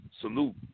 Salute